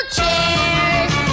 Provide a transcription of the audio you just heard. Chairs